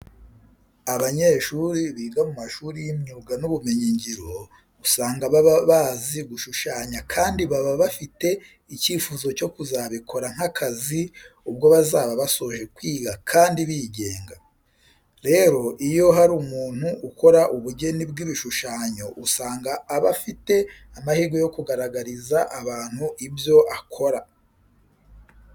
Abanyeshuri biga mu mashuri y'imyuga n'ubumenyingiro usanga baba bazi gushushanya kandi baba bafite icyifuzo cyo kuzabikora nk'akazi ubwo bazaba basoje kwiga kandi bigenga. Rero iyo hari umuntu ukora ubugeni bw'ibishushanyo usanga aba afite amahirwe yo kugaragariza abantu ibyo akora.